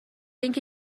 اینکه